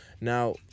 Now